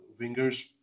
wingers